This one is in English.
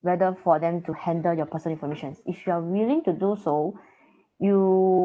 whether for them to handle your personal informations if you're willing to do so you